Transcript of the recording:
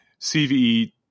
CVE